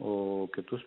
o kitus